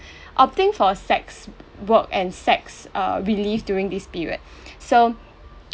opting for sex work and sex uh relief during this period so